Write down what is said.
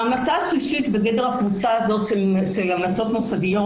ההמלצה השלישית בגדר הקבוצה הזאת של המלצות מוסדיות